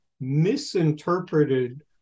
misinterpreted